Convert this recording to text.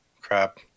crap